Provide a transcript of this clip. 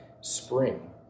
spring